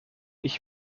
ich